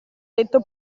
detto